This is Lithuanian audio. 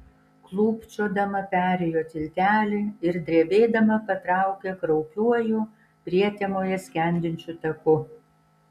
klūpčiodama perėjo tiltelį ir drebėdama patraukė kraupiuoju prietemoje skendinčiu taku